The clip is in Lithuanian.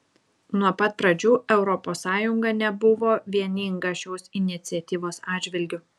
nuo pat pradžių europos sąjunga nebuvo vieninga šios iniciatyvos atžvilgiu